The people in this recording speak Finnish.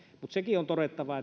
mutta sekin on todettava